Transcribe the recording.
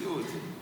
המציאו את זה.